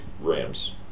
Rams